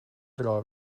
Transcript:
drar